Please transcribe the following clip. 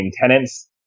tenants